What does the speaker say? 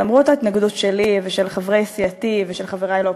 למרות ההתנגדות שלי ושל חברי סיעתי ושל חברי לאופוזיציה.